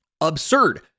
Absurd